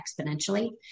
exponentially